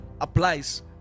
applies